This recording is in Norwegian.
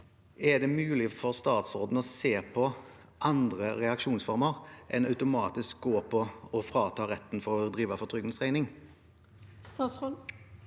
Er det mulig for statsråden å se på andre reaksjonsformer enn automatisk å frata legen retten til å drive for trygdens regning? Statsråd